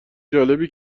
جالبی